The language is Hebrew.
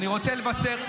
אני רוצה לבשר,